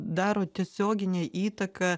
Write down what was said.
daro tiesioginę įtaką